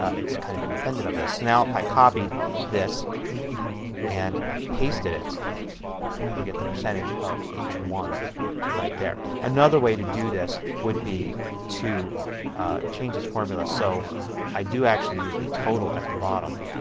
it is kind of independent of this. now if i copy this and pasted it i would get the percentage of each one right there. another way to do this would be to change this formula so i do actually use the total at the bottom